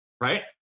right